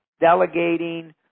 delegating